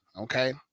okay